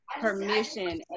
permission